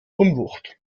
unwucht